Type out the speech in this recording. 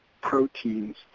proteins